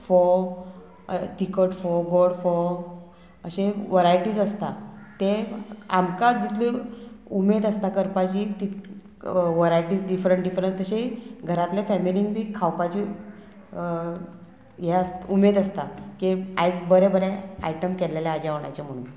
फोव तिखट फोव गोड फोव अशे वरायटीज आसता ते आमकां जितल्यो उमेद आसता करपाची तित वरायटीज डिफरंट डिफरंट तशें घरांतल्या फॅमिलीन बी खावपाचें हे उमेद आसता की आयज बरें बरें आयटम केल्लेले आं जेवणाचे म्हणून